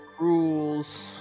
rules